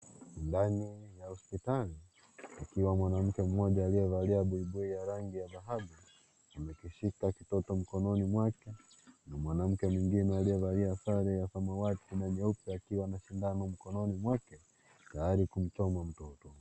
Ndani ya hospitali, kukiwa na mwanamke mmoja aliyevalia buibui ya rangi ya dhahabu, amejishika kitoto mkononi mwake. Na mwanamke mwingine aliyevalia sare ya rangi ya samawati na nyeupe akiwa na sindano mkononi mwake tayari kumchoma mtoto.